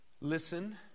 listen